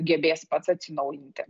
gebės pats atsinaujinti